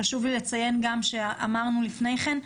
חשוב לי לציין גם שאמרנו לפני כן,